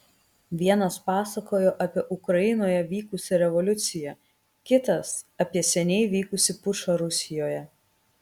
vienas pasakojo apie ukrainoje vykusią revoliuciją kitas apie seniai vykusį pučą rusijoje